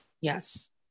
Yes